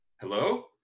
hello